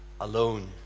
alone